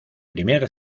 primer